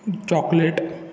chocolate